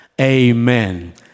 Amen